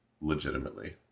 legitimately